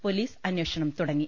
police അന്വേഷണം തുടങ്ങി